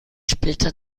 splitter